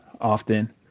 often